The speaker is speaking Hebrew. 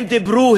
הם דיברו,